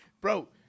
bro